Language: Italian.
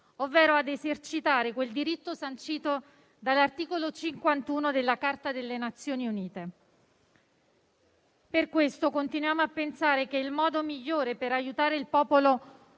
ovvero a esercitare quel diritto sancito dall'articolo 51 della Carta delle Nazioni Unite. Per questo continuiamo a pensare che il modo migliore per aiutare il popolo